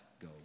go